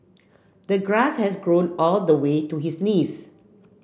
the grass has grown all the way to his knees